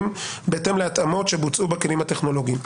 בהתאם להתאמות שבוצעו בכלים הטכנולוגיים.